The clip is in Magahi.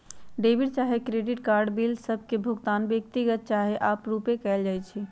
डेबिट चाहे क्रेडिट कार्ड द्वारा बिल सभ के भुगतान व्यक्तिगत चाहे आपरुपे कएल जाइ छइ